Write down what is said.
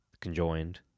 conjoined